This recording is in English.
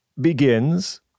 begins